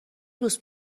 دوست